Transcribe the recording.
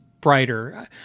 brighter